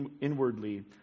inwardly